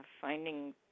finding